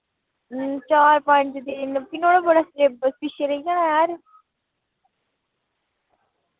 चार पंज दिन फ्ही नुआढ़ा बड़ा सिलेबस पिच्छे रेही जाना यार